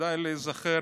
כדאי להיזכר